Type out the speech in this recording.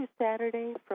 Saturday